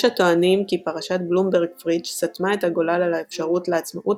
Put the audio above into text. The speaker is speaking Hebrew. יש הטוענים כי פרשת בלומברג-פריטש סתמה את הגולל על האפשרות לעצמאות